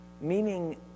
meaning